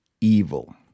evil